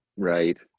Right